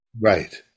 Right